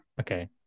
Okay